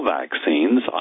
vaccines